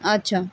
আচ্ছা